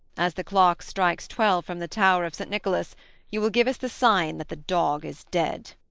as the clock strikes twelve from the tower of st. nicholas you will give us the sign that the dog is dead.